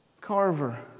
Carver